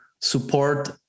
support